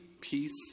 peace